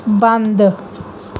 ਬੰਦ